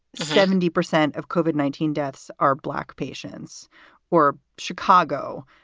seventy percent of cuban nineteen deaths are black patients were chicago.